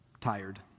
tired